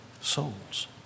souls